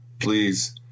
Please